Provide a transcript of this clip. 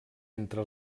entre